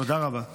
תודה רבה.